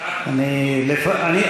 אף שר לא קיבל את ההחלטה הזאת קודם,